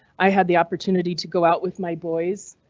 i had the opportunity to go out with my boys.